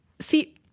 see